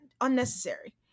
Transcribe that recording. Unnecessary